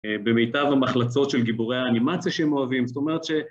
במיטב המחלצות של גיבורי האנימציה שהם אוהבים, זאת אומרת ש...